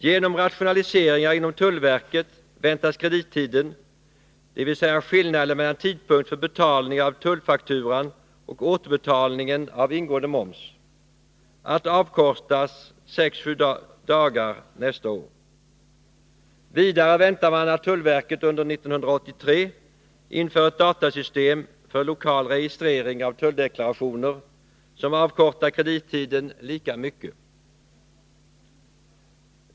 Genom rationaliseringar inom tullverket väntas kredittiden, dvs. skillnaden mellan tidpunkten för betalning av tullfakturan och tidpunkten för återbetalningen av ingående moms, nästa år bli avkortad med sex till sju dagar. Vidare väntar man sig att tullverket under 1983 inför ett datasystem för lokal registrering av tulldeklarationer, och därmed avkortas kredittiden lika mycket.